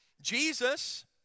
Jesus